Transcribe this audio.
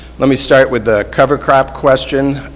let me start with ah cover crop question.